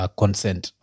consent